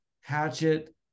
Hatchet